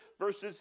versus